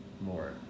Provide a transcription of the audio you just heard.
more